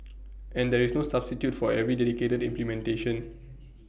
and there is no substitute for very dedicated implementation